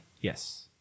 Yes